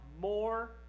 more